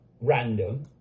random